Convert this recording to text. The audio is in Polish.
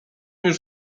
już